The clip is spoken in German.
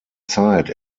zeit